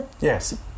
Yes